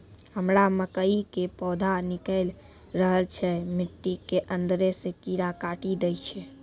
हमरा मकई के पौधा निकैल रहल छै मिट्टी के अंदरे से कीड़ा काटी दै छै?